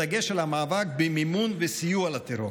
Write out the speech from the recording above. בדגש על המאבק במימון וסיוע לטרור.